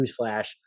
newsflash